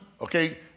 Okay